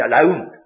alone